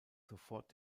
sofort